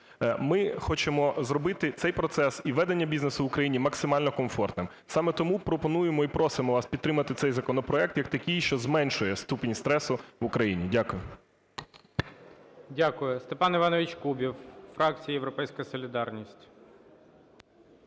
Ми хочемо зробити цей процес і ведення бізнесу в Україні максимально комфортним. Саме тому пропонуємо і просимо вас підтримати цей законопроект як такий, що зменшує ступінь стресу в Україні. Дякую. ГОЛОВУЮЧИЙ. Дякую. Степан Іванович Кубів, фракція "Європейська солідарність".